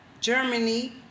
Germany